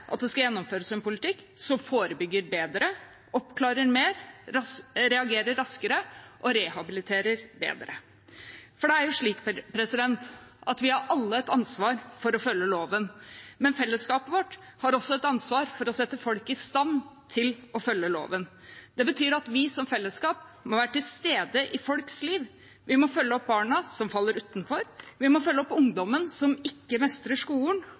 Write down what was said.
at det skal gjennomføres en politikk som forebygger bedre, oppklarer mer, reagerer raskere og rehabiliterer bedre. Vi har alle et ansvar for å følge loven, men fellesskapet vårt har også et ansvar for å sette folk i stand til å følge loven. Det betyr at vi som fellesskap må være til stede i folks liv. Vi må følge opp barna som faller utenfor, vi må følge opp ungdommene som ikke mestrer skolen,